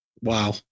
Wow